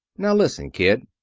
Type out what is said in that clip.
now listen, kid.